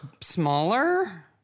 smaller